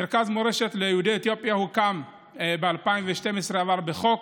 מרכז מורשת יהודי אתיופיה הוקם ב-2012 ועבר בחוק,